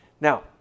Now